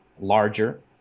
larger